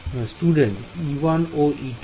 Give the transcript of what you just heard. Student e1 e1 ও e2